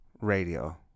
Radio